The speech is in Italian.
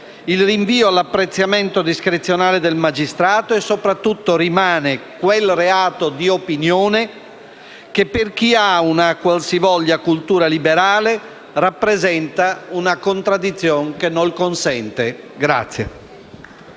il rinvio all'apprezzamento discrezionale del magistrato e soprattutto rimane quel reato di opinione che, per chi ha una qualsivoglia cultura liberale, rappresenta una «contradizion che nol consente».